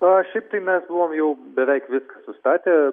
na šiaip tai mes buvom jau beveik viską sustatę